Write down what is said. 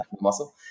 Muscle